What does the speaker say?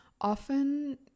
often